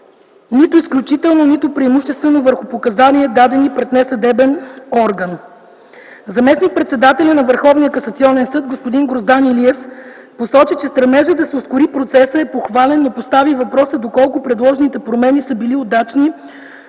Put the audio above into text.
нито изключително, нито преимуществено върху показания, дадени пред несъдебен орган. Заместник-председателят на Върховния касационен съд господин Гроздан Илиев посочи, че стремежът да се ускори процесът е похвален, но постави въпроса доколко предложените промени са били удачни